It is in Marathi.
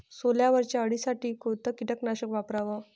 सोल्यावरच्या अळीसाठी कोनतं कीटकनाशक वापराव?